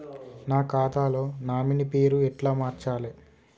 నా ఖాతా లో నామినీ పేరు ఎట్ల మార్చాలే?